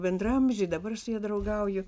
bendraamžė dabar su ja draugauju